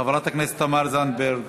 חברת הכנסת תמר זנדברג,